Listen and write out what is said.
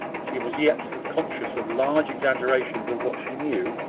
she was yet conscious of large exaggerations of what she knew,